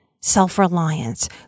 self-reliance